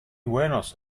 buenos